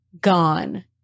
gone